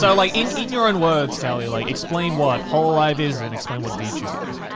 so like in your own words, calli, like explain what hololive is and explain what vtubing is.